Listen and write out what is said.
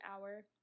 hour